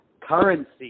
Currency